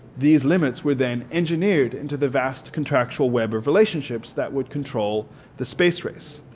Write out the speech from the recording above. these limits were then engineered into the vast contractual web of relationships that would control the space race.